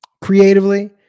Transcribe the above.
Creatively